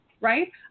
right